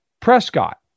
prescott